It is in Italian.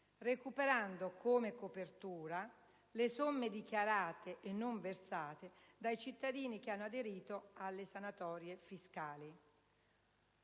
recuperando come copertura le somme dichiarate e non versate dai cittadini che hanno aderito alle sanatorie fiscali.